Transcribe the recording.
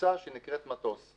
קופסה שנקראת מטוס.